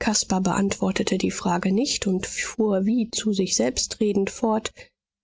caspar beantwortete die frage nicht und fuhr wie zu sich selbst redend fort